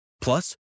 Plus